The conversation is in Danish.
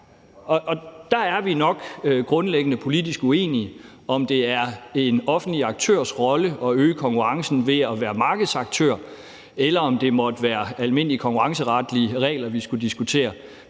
Der er vi nok grundlæggende politisk uenige om, om det er en offentlig aktørs rolle at øge konkurrencen ved at være markedsaktør, eller om det måtte være almindelige konkurrenceretlige regler, vi skulle diskutere.